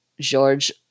George